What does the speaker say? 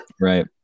Right